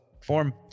form